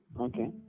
Okay